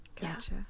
gotcha